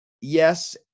yes